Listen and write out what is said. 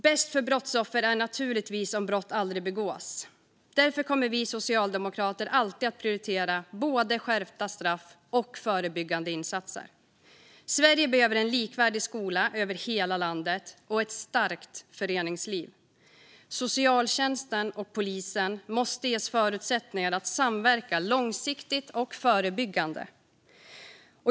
Bäst för brottsoffer är naturligtvis om brott aldrig begås. Därför kommer vi socialdemokrater alltid att prioritera både skärpta straff och förebyggande insatser. Sverige behöver en likvärdig skola över hela landet och ett starkt föreningsliv. Socialtjänsten och polisen måste ges förutsättningar att samverka långsiktigt och förebyggande.